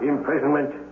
Imprisonment